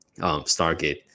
Stargate